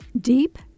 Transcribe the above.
Deep